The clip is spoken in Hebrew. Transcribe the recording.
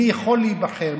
מי יכול להיבחר,